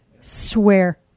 Swear